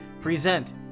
present